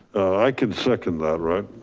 i can second that, right?